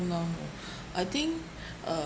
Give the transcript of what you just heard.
so now hor I think uh